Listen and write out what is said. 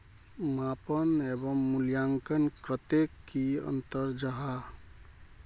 मापन एवं मूल्यांकन कतेक की अंतर जाहा?